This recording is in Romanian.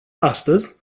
astăzi